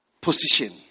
position